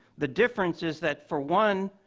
the difference is that for one,